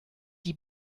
die